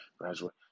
Graduate